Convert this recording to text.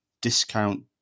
Discount